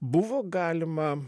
buvo galima